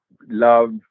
love